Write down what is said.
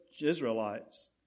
Israelites